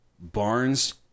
Barnes